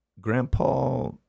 Grandpa